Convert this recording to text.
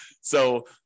So-